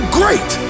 great